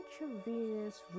intravenous